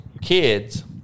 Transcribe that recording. kids